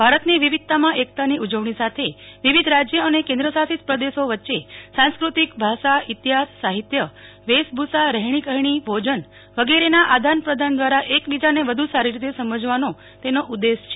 ભારતની વિવિધતામાં એકતાની ઉજવણી સાથે વિવિધ રાજ્ય અને કેન્દ્ર શાષિત પ્રદેશો વચ્ચે સાંસ્કૃતિ ભાષા ઇતિહાસ સાહિત્ય વેશ ભુષા રહેણી કહેણી ભોજન વગેરે ના આદાન પ્રદાન દ્વારા એક બીજાને વધુ સારી રીતે સમજવાનો તેનો ઉદેશ છે